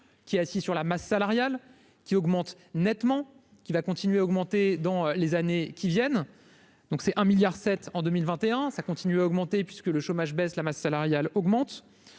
qui est assis sur la masse salariale qui augmente nettement qui va continuer à augmenter dans les années qui viennent, donc c'est un milliard 7 en 2021, ça continue à augmenter, puisque le chômage baisse, la masse salariale augmente